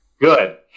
Good